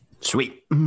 sweet